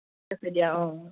ঠিক আছে দিয়া অ